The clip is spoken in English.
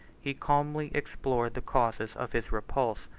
he calmly explored the causes of his repulse,